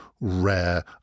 rare